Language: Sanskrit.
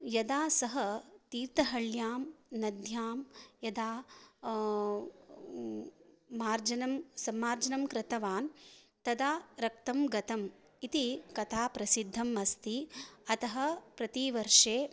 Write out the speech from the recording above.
यदा सः तीर्थहल्यां नद्यां यदा मार्जनं सम्मार्जनं कृतवान् तदा रक्तं गतम् इति कथा प्रसिद्धम् अस्ति अतः प्रतिवर्षे